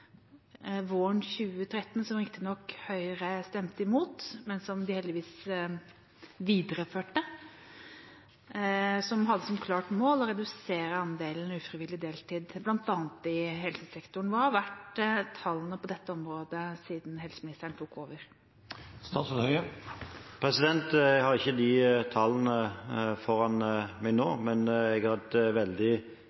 våren 2013 – som riktig nok Høyre stemte imot, men som de heldigvis videreførte – som hadde som klart mål å redusere andelen ufrivillig deltid bl.a. i helsesektoren. Hva har tallene på dette området vært siden helseministeren tok over? Jeg har ikke de tallene foran meg nå,